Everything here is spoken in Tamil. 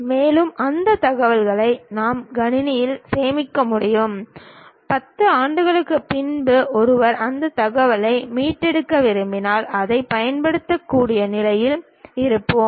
மேலும் அந்த தகவல்களை நாம் கணினியில் சேமிக்க முடியும் 10 ஆண்டுகளுக்குப் பிறகும் ஒருவர் அந்தத் தகவலை மீட்டெடுக்க விரும்பினால் அதைப் பயன்படுத்தக்கூடிய நிலையில் இருப்போம்